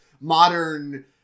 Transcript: modern